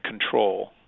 control